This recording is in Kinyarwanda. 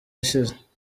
ishize